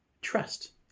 trust